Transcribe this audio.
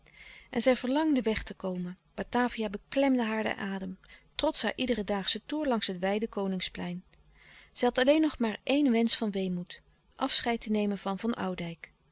en zij verlangde weg te komen batavia beklemde haar den adem trots haar iederendaagschen toer langs het wijde koningsplein zij had alleen nog maar éen wensch van weemoed afscheid te nemen van van oudijck